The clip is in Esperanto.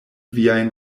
viajn